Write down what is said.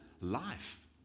life